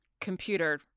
computer